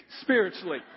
spiritually